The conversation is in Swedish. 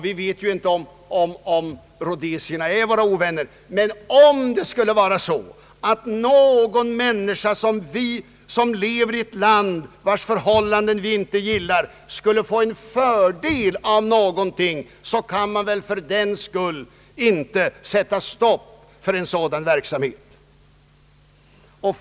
Vi vet ju inte om rhodesierna är våra ovänner, men om det skulle vara så att någon människa som lever i ett land vars förhållanden vi inte gillar skulle få en fördel av någonting, kan man väl fördenskull inte sätta stopp för en nyttig industri.